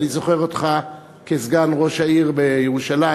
ואני זוכר אותך כסגן ראש העיר בירושלים,